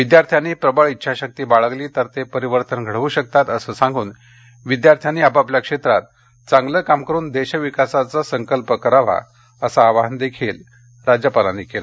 विद्यार्थ्यांनी प्रबळ इच्छाशक्ती बाळगली तर ते परिवर्तन घडवू शकतात अस सांगून विद्यार्थ्यांनी आपापल्या क्षेत्रात चांगलं काम करुन देश विकासाचा संकल्प करावा असं आवाहन देखील राज्यपालांनी केलं